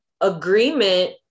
agreement